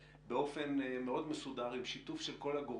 אני חושב שיש סוגים שונים של חיסונים,